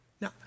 Now